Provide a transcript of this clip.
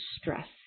stress